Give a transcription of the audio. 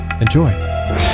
Enjoy